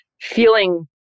feeling